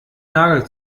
nagel